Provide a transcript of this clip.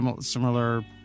similar